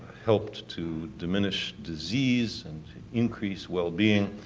helped to diminish disease and increased well-being,